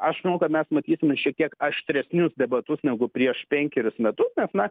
aš manau kad mes matysime šiek tiek aštresnius debatus negu prieš penkerius metus nes na